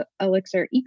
Elixir